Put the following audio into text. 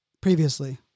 previously